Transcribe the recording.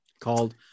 called